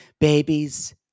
Babies